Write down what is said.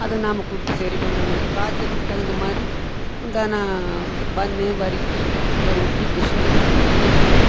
அதை நாம் கொடுத்து சரி பண்ணணுங்க காய்ச்சலுக்கு தகுந்த மாதிரி உண்டான பன்னு வருக்கி இந்த ரொட்டி பிஸ்கட்டு இந்தமாதிரி கொடுத்து